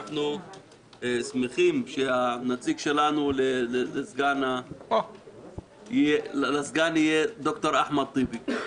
אנחנו שמחים שהנציג שלנו לסגן יהיה ד"ר אחמד טיבי.